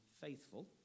faithful